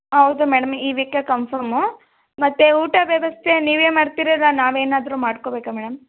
ಹೌದು ಮೇಡಮ್ ಈ ವೀಕೆ ಕನ್ಫರ್ಮು ಮತ್ತು ಊಟ ವ್ಯವಸ್ಥೆ ನೀವೇ ಮಾಡ್ತೀರ ಇಲ್ಲ ನಾವೇನಾದರು ಮಾಡ್ಕೋಬೇಕ ಮೇಡಮ್